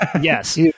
Yes